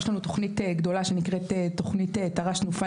יש לנו תוכנית גדולה שנקראת "תר"ש תנופה